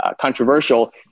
controversial